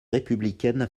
républicaine